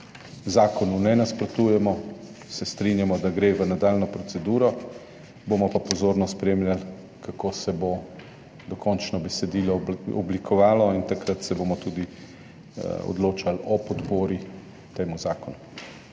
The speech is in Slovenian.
zakonu ne nasprotujemo, se strinjamo, da gre v nadaljnjo proceduro, bomo pa pozorno spremljali, kako se bo dokončno besedilo oblikovalo, in takrat se bomo tudi odločali o podpori temu zakonu.